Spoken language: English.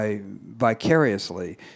vicariously